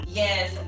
yes